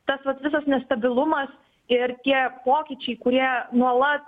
tas vat visas nestabilumas ir tie pokyčiai kurie nuolat